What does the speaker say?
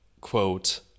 quote